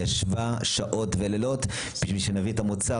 היא ישבה שעות ולילות בשביל שנביא את המוצר,